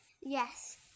Yes